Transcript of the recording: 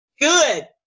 good